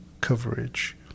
coverage